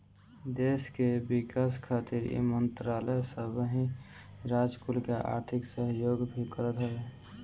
देस के विकास खातिर इ मंत्रालय सबही राज कुल के आर्थिक सहयोग भी करत हवे